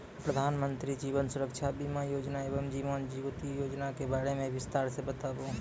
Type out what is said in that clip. प्रधान मंत्री जीवन सुरक्षा बीमा योजना एवं जीवन ज्योति बीमा योजना के बारे मे बिसतार से बताबू?